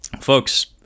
Folks